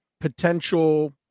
potential